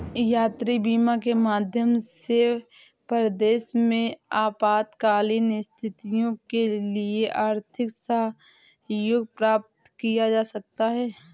यात्री बीमा के माध्यम से परदेस में आपातकालीन स्थितियों के लिए आर्थिक सहयोग प्राप्त किया जा सकता है